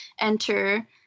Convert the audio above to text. enter